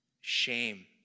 shame